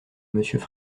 monsieur